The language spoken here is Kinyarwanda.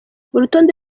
urutonde